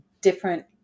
different